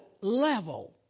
Level